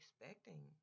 expecting